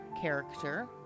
character